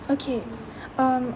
okay um